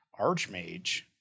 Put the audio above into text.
archmage